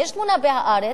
יש תמונה ב"הארץ"